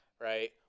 right